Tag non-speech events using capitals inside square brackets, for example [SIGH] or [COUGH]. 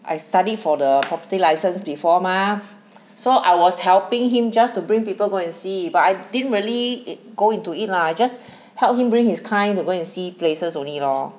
I study for the property license before mah [NOISE] so I was helping him just to bring people go and see but I didn't really it go into lah I just [BREATH] help him bring his client to go and see places only lor